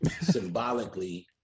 Symbolically